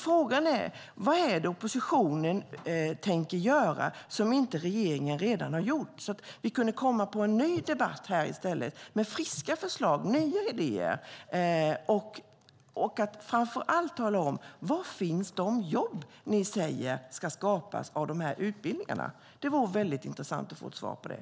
Frågan är: Vad är det oppositionen tänker göra som inte regeringen redan har gjort? Vi kunde få en ny debatt här i stället med friska förslag och nya idéer. Tala framför allt om: Var finns de jobb ni säger ska skapas av dessa utbildningar? Det vore väldigt intressant att få ett svar på det.